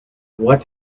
what